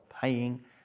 paying